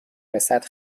رسد